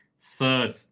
Third